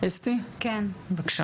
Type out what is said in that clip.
אסתי שמעוני, בבקשה.